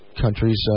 countries